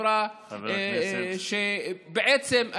כחברה שבעצם,